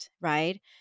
Right